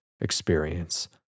experience